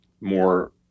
more